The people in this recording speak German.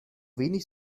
wenig